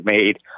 made